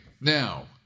Now